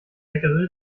leckere